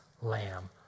Lamb